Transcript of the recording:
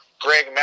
Greg